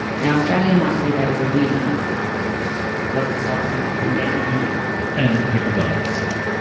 now, australia might see that as a win because it stops people from getting here. and people dying at sea.